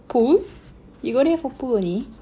pool you go there for pool only